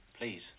Please